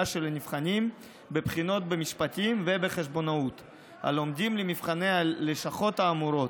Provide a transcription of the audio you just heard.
של נבחנים בבחינות במשפטים ובחשבונאות הלומדים למבחני הלשכות האמורות,